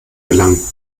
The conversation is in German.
gelangen